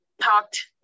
talked